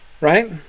right